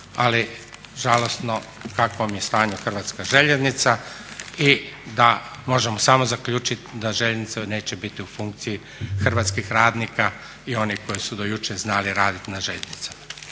ali žalosno u kakvom je stanju hrvatska željeznica i da možemo samo zaključiti da željeznice neće biti u funkciji hrvatskih radnika i onih koji su do jučer znali raditi na željeznicama.